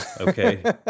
okay